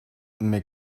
mais